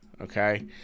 Okay